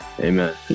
Amen